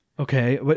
Okay